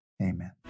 amen